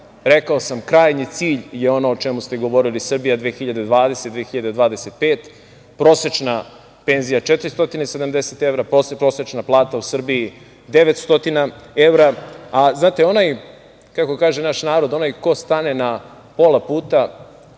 rekao sam krajnji cilj je ono o čemu ste govorili "Srbija 2025", prosečna penzija 470 evra, posle prosečna plata u Srbiji 900 evra. A znate, onaj, kako kaže naš narod, onaj ko stane na pola puta